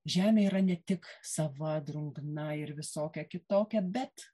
žemė yra ne tik sava drungna ir visokia kitokia bet